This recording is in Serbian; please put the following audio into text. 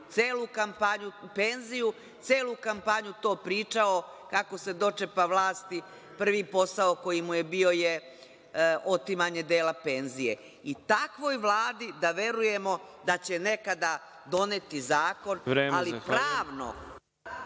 penzionerima penziju. Celu kampanju je to pričao, kako se dočepao vlasti prvi posao koji mu je bio je otimanje dela penzije. Takvoj Vladi da verujemo da će nekada doneti zakon, ali pravno